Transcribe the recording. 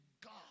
God